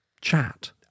chat